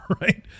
Right